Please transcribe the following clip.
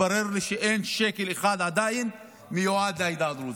מתברר לי שעדיין אין שקל אחד שמיועד לעדה הדרוזית.